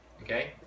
Okay